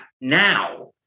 now